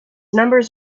numbers